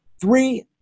three